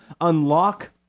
unlock